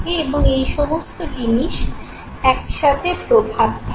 এবং এই সমস্ত জিনিস একসাথে প্রভাব ফেলে